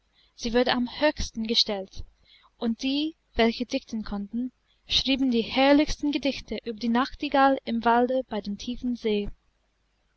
sie wurde am höchsten gestellt und die welche dichten konnten schrieben die herrlichsten gedichte über die nachtigall im walde bei dem tiefen see